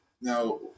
Now